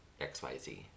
XYZ